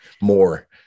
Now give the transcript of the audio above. more